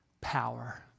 power